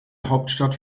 hauptstadt